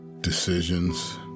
Decisions